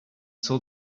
saw